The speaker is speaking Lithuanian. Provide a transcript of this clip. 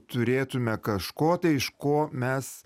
turėtume kažko tai iš ko mes